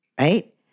Right